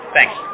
Thanks